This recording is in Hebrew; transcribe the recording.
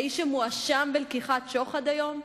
האיש שמואשם בלקיחת שוחד היום?